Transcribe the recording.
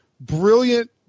brilliant